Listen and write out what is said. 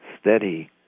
steady